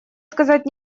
сказать